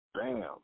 bam